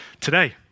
today